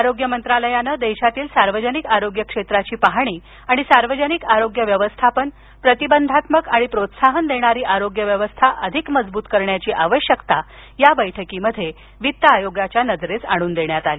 आरोग्य मंत्रालयाने देशातील सार्वजनिक आरोग्य क्षेत्राची पाहणी आणि सार्वजनिक आरोग्य व्यवस्थापन प्रतिबंधात्मक आणि प्रोत्साहन देणारी आरोग्य व्यवस्था अधिक मजबूत करण्याची आवश्यकता या बैठकीत वित्त आयोगाच्या नजरेस आणून दिली